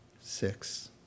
Six